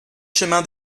chemin